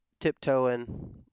tiptoeing